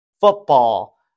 football